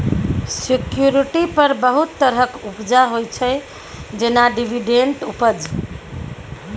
security पर बहुत तरहक उपजा होइ छै जेना डिवीडेंड उपज